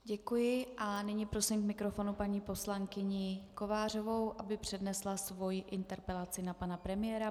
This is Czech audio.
Děkuji a nyní prosím k mikrofonu paní poslankyni Kovářovou, aby přednesla svoji interpelaci na pana premiéra.